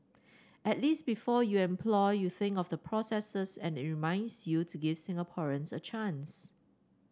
at least before you employ you think of the processes and reminds you to give Singaporeans a chance